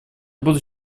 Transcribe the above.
буду